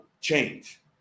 change